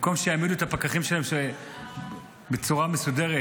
במקום שיעמידו את הפקחים שלהם בצורה מסודרת,